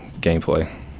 gameplay